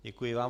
Děkuji vám.